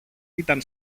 ήταν